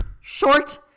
short